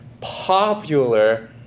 popular